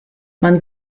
man